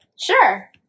Sure